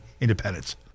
independence